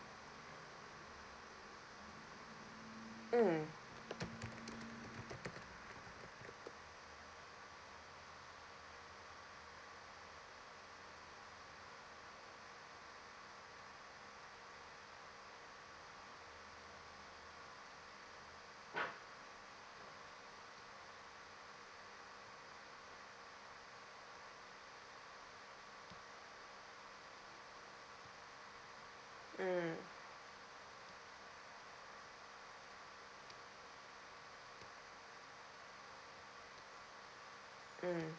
mm mm mm